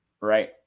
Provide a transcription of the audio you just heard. right